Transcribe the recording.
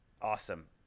Awesome